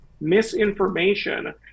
misinformation